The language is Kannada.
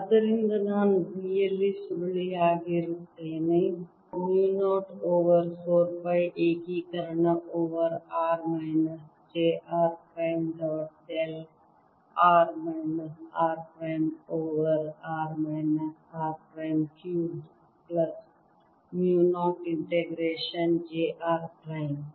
ಆದ್ದರಿಂದ ನಾನು B ನಲ್ಲಿ ಸುರುಳಿಯಾಗಿರುತ್ತೇನೆ ಮ್ಯೂ 0 ಓವರ್ 4 ಪೈ ಏಕೀಕರಣ over r minus j r prime dot del r minus r prime over r minus r prime cubed plus mu 0 integration j r prime